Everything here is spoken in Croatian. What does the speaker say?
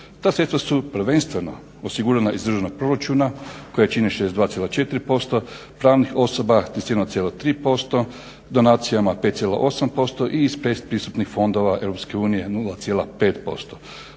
Ta sredstva su prvenstveno osigurana iz državnog proračuna koja čine 62,4%, pravnih osoba 31,3%, donacijama 5,8% i iz pretpristupnih fondova Europske